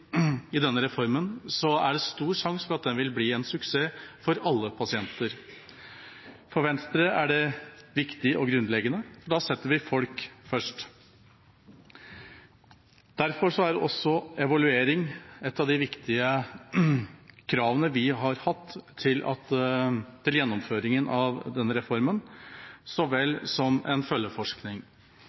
i denne reformen, er det stor sjanse for at den vil bli en suksess for alle pasienter. For Venstre er det viktig og grunnleggende – da setter vi folk først. Derfor er også evaluering et av de viktige kravene vi har hatt til gjennomføringen av denne reformen, så vel som en følgeforskning.